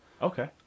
Okay